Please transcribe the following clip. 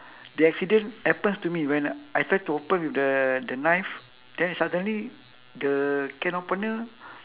the accident happens to me when I try to open with the the knife then suddenly the can opener